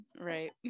right